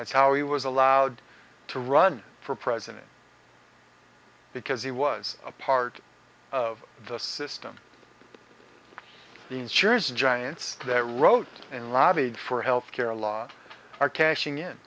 that's how he was allowed to run for president because he was a part of the system the insurers giants that wrote and lobbied for health care law are cashing in